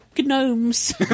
gnomes